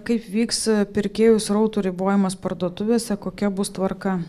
kaip vyks pirkėjų srautų ribojimas parduotuvėse kokia bus tvarka